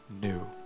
new